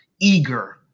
eager